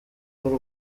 b’u